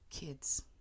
Kids